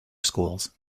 schools